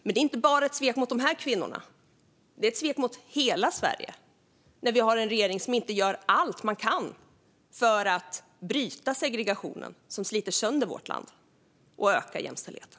Men det är inte bara ett svek mot de kvinnorna utan det är ett svek mot hela Sverige när regeringen inte gör allt den kan för att bryta den segregation som sliter sönder vårt land för att i stället öka jämställdheten.